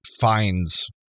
finds